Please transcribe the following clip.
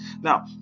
Now